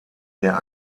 der